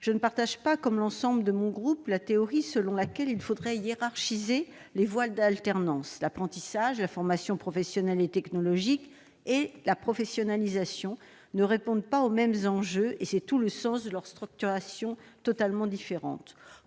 ne partageons pas la théorie selon laquelle il faudrait hiérarchiser les voies d'alternance. L'apprentissage, la formation professionnelle et technologique et la professionnalisation ne répondent pas aux mêmes enjeux. C'est pourquoi leur structuration est totalement différente.